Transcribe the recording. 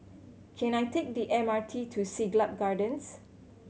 can I take the M R T to Siglap Gardens